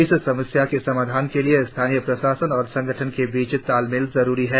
इस समस्या के समाधान के लिए स्थानीय प्रशासन और संगठनों के बीच लातमेल जरुरी है